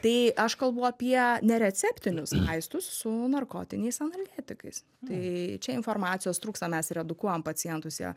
tai aš kalbu apie nereceptinius vaistus su narkotiniais analgetikais tai čia informacijos trūksta mes ir edukuojam pacientus jie